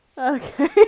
okay